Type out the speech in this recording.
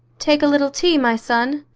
take a little tea, my son.